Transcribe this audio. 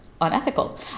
unethical